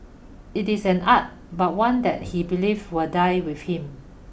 it is an art but one that he believe will die with him